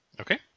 okay